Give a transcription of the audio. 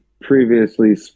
previously